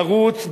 נרוץ,